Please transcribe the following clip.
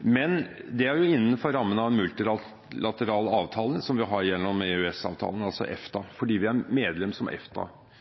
men det er jo innenfor rammen av en multilateral avtale som vi har gjennom EØS-avtalen, altså EFTA, fordi vi er medlem som